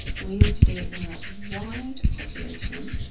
we need to do it in a wide population